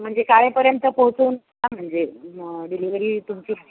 म्हणजे शाळेपर्यंत पोहोचवून द्या म्हणजे मग डिलिवरी तुमची